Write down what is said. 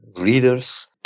readers